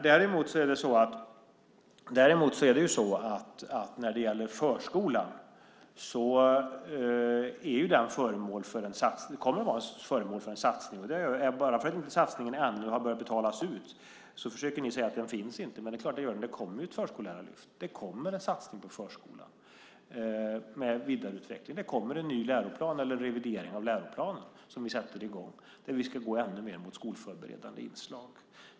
Däremot kommer förskolan att vara föremål för en satsning. Bara för att satsningen ännu inte har betalats ut försöker ni säga att den inte finns, men det gör den. Det kommer ett förskollärarlyft och en satsning på förskolan med vidareutveckling. Det kommer en revidering av läroplanen som vi sätter i gång där vi ska gå ännu mer mot skolförberedande inslag.